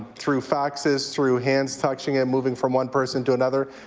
through faxes, through hands touching and moving from one person to another.